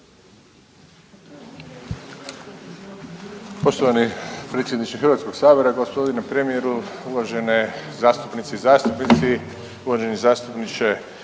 Poštovani predsjedniče HS-a, g. premijeru, uvažene zastupnice i zastupnici, uvaženi zastupniče